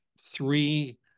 three